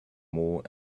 more